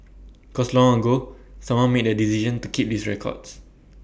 cause long ago someone made the decision to keep these records